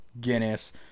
Guinness